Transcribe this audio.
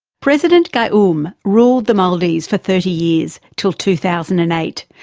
president gayoom ruled the maldives for thirty years till two thousand and eight.